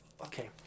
Okay